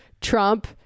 Trump